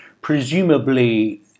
Presumably